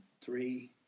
three